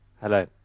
Hello